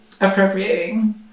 appropriating